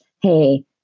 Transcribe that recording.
hey